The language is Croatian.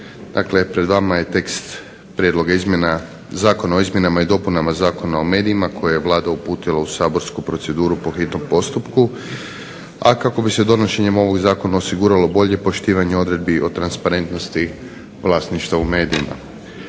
Dakle, pred vama je tekst prijedloga izmjena Zakona o izmjenama i dopunama Zakona o medijima koje je Vlada uputila u saborsku proceduru po hitnom postupku, a kako bi se donošenjem ovog zakona osiguralo bolje poštivanje odredbi o transparentnosti vlasništva u medijima.